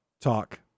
Talk